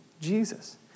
Jesus